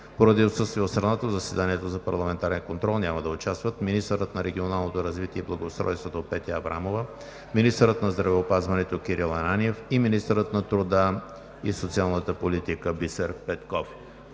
Поради отсъствие от страната в заседанието за парламентарен контрол няма да участват министърът на регионалното развитие и благоустройството Петя Аврамова; министърът на здравеопазването Кирил Ананиев и министърът на труда и социалната политика Бисер Петков.